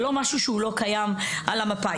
זה לא משהו שהוא לא קיים על המפה.